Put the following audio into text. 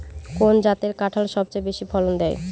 কোন জাতের কাঁঠাল সবচেয়ে বেশি ফলন দেয়?